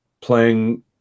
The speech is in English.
playing